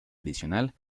adicional